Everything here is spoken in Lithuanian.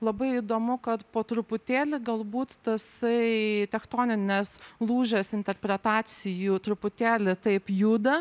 labai įdomu kad po truputėlį galbūt tasai tektoninis lūžis interpretacijų truputėlį taip juda